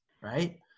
right